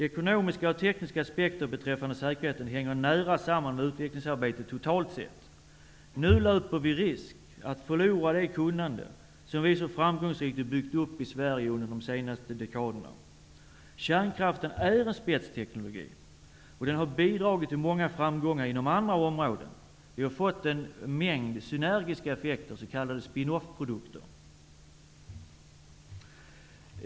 Ekonomiska och tekniska aspekter beträffande säkerheten hänger nära samman med utvecklingsarbetet totalt sett. Nu löper vi risk att förlora det kunnande som vi i Sverige så framgångsrikt har byggt upp under de senaste dekaderna. Kärnkraften är en spetsteknologi, och den har bidragit till många framgångar inom andra områden. Vi har fått en mängd synergiska effekter, s.k. spin-off-produkter.